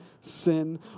sin